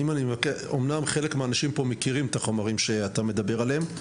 אמנם חלק מהאנשים כאן מכירים את החומרים שאתה מדבר עליהם,